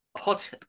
Hot